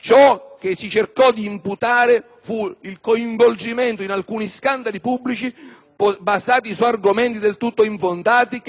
Si cercò di imputargli il coinvolgimento in alcuni scandali pubblici sulla base di argomenti del tutto infondati che mai trovarono prova